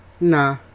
Nah